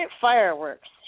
fireworks